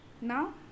now